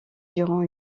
durant